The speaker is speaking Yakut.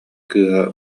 кыыһа